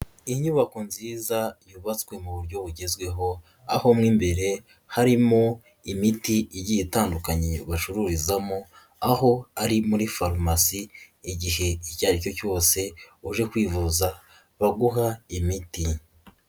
Inyubako nziza yubatswe mu buryo bugezweho, aho mo imbere harimo imiti igiye itandukanye bacururizamo, aho ari muri farumasi igihe icyo ari cyo cyose uje kwivuza, baguha imiti.